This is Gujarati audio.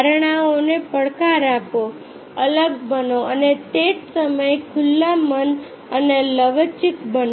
ધારણાઓને પડકાર આપો અલગ બનો અને તે જ સમયે ખુલ્લા મન અને લવચીક બનો